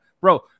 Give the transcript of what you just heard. bro